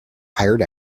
hired